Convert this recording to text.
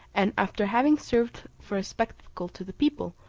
and after having served for a spectacle to the people,